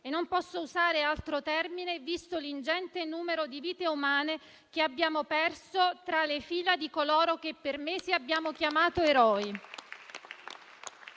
non posso usare altro termine visto l'ingente numero di vite umane che abbiamo perso tra le fila di coloro che per mesi abbiamo chiamato «eroi».